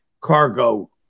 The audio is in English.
cargo